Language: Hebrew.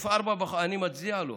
אני מצדיע לו.